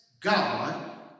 God